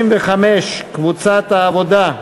פעולות בחינוך הדרוזי,